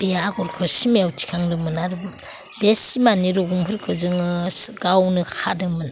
बे आग'रखौ सिमायाव थिखांदोंमोन आरो बे सिमानि रुगुंफोरखौ जोङो गावनो खादोंमोन